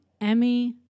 Emmy